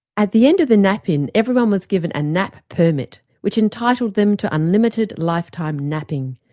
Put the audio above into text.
at the end of the nap-in everyone was given a nap permit which entitled them to unlimited lifetime napping,